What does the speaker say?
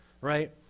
right